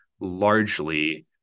largely